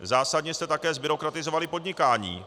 Zásadně jste také zbyrokratizovali podnikání.